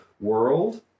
world